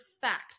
fact